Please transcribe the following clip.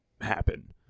happen